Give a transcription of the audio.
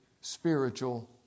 spiritual